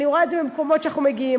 אני רואה את זה במקומות שאנחנו מגיעים.